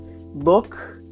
look